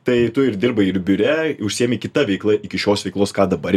tai tu ir dirbai ir biure užsiėmei kita veikla iki šios veiklos ką dabar